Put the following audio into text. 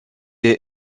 est